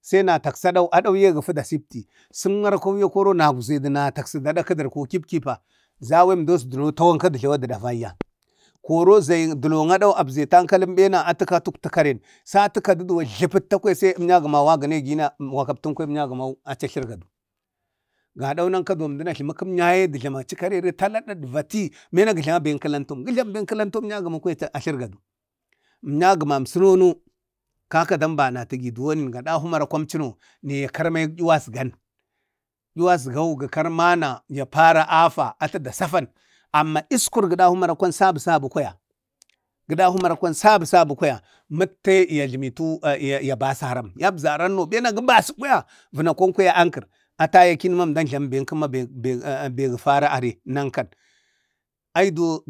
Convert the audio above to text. sai na taksi a dau, adauye gafu da taksi da siuye dasipti. sək marakwauye korau nazədə na adak kədərkə kipkip, zawem du əsdu tawanɓa dəjlawa ɗavaiya. Koro zayin duloŋ aɗau abzeta akalən ɓena atəka akta karen, sa atu kadəna tlapəlta sai əmnyagəmau a gəne ɗina, wakaptəm kwaya əmnyagəmau, achi a tlargaɗu. Kaɗau, nanka əmdən ajlami karirena de jlama chi fen ɗaɗva ti, ɓena dədjlama fen ka lamtom ɓena gajlamu fen kəlamtona əmnyagəmau a tlərgaɗu. Ʒna əmnya gəmansəno no kaka dambana təgi duwani emdan dahu marakwan cəno nek karma yuwan ezgam, gə karma na ya paro afə atu dasafan hadawi. Amma iskur gə ɗahu marakwan sabu sabu kwayan, gu datu marakwan sabu sabu kwaya mattə də ankal. Atujləwu a i a basaram yabzaranno bem gu basu kwaya vanakon kwaya ankir ata yaykin man emdan jlam kuma benk gerara are nanka yakini ma əmdau tutuwutu fen. Ayi duwo